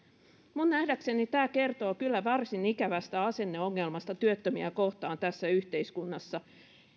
minun nähdäkseni tämä kertoo kyllä varsin ikävästä asenneongelmasta työttömiä kohtaan tässä yhteiskunnassa